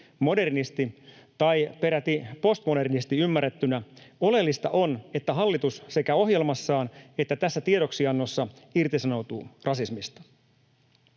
modernisti tai peräti postmodernisti ymmärrettynä, oleellista on, että hallitus sekä ohjelmassaan että tässä tiedoksiannossa irtisanoutuu rasismista.